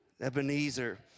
Ebenezer